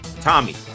Tommy